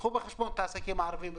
קחו בחשבון את העסקים הערביים.